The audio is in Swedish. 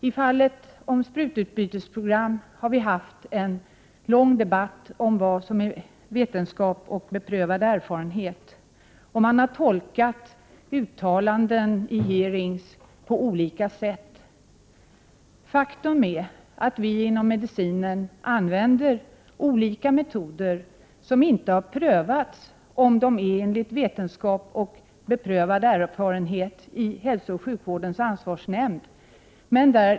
I fallet om sprututbytesprogram har vi haft en lång debatt om vad som är vetenskap och beprövad erfarenhet. Man har tolkat uttalanden i hearings på olika sätt. Faktum är att vi inom det medicinska området använder olika metoder, där hälsooch sjukvårdens ansvarsnämnd inte har prövat om metoderna är förenliga med vetenskap och beprövad erfarenhet.